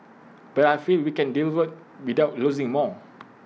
but I feel we can develop without losing more